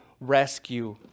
rescue